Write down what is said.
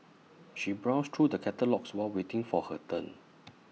she browsed through the catalogues while waiting for her turn